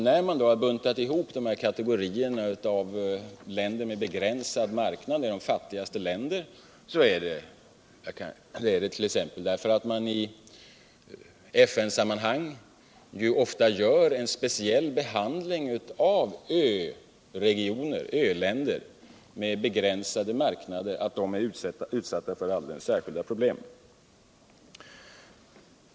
Att man då har buntat ihop de här kategorierna av länder med begränsad marknad och de fattigaste länderna beror 1.ex. på att man i FN-sammanhang ju ofta specialbehandlar u-länder med begränsade marknader, därför att de är utsatta för alldeles särskilda problem.